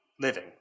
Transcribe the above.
living